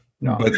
No